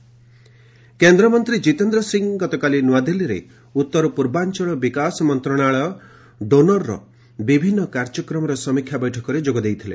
ଜିତେନ୍ଦ୍ର ସିଂ କେନ୍ଦ୍ରମନ୍ତ୍ରୀ ଜିତେନ୍ଦ୍ର ସିଂ ଗତକାଲି ନୂଆଦିଲ୍ଲୀରେ ଉତ୍ତର ପୂର୍ବାଞ୍ଚଳ ବିକାଶ ମନ୍ତ୍ରଣାଳୟ ଡୋନରର ବିଭିନ୍ନ କାର୍ଯ୍ୟକ୍ରମର ସମୀକ୍ଷା ବୈଠକରେ ଯୋଗଦେଇଥିଲେ